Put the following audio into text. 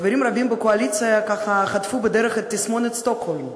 חברים רבים בקואליציה חטפו בדרך את תסמונת שטוקהולם,